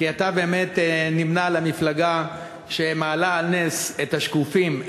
כי אתה באמת נמנה עם המפלגה שמעלה על נס את השקופים,